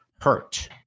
hurt